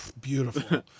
beautiful